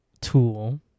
tool